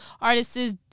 artists